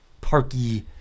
Parky